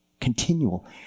continual